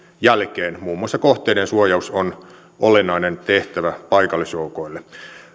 jälkeen muun muassa kohteiden suojaus on olennainen tehtävä paikallisjoukoille